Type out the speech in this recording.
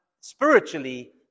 spiritually